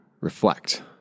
reflect